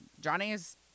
Johnny's